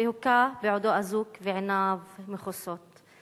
והוכה בעודו אזוק ועיניו מכוסות.